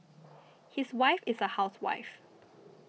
his wife is a housewife